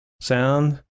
sound